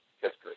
history